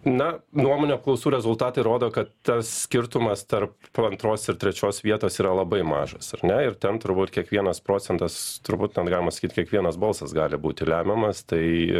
na nuomonių apklausų rezultatai rodo kad tas skirtumas tarp antros ir trečios vietos yra labai mažas ar ne ir ten turbūt kiekvienas procentas turbūt ten galima sakyt kiekvienas balsas gali būti lemiamas tai